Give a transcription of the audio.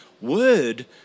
word